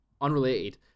unrelated